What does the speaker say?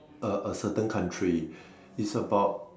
a a certain country it's about